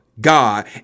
God